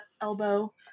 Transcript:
elbow